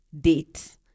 date